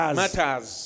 matters